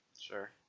Sure